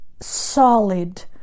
solid